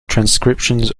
transcriptions